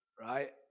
right